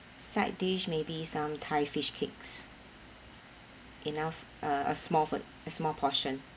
side dish maybe some thai fish cakes enough a a small foot a small portion